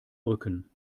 rücken